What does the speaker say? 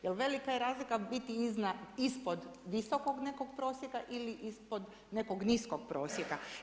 Jer velika je razlika biti ispod visokog nekog prosjeka ili ispod nekog niskog prosjeka.